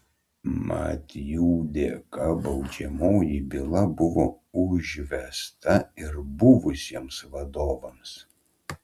mat jų dėka baudžiamoji byla buvo užvesta ir buvusiems vadovams